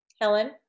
Helen